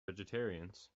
vegetarians